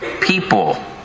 people